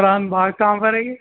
قرآن باغ کام کرے گے